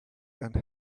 and